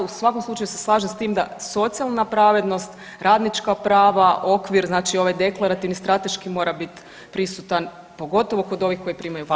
U svakom slučaju se slažem sa tim da socijalna pravednost, radnička prava, okvir znači ovaj deklarativni, strateški mora biti prisutan pogotovo kod ovih koji primaju potpore.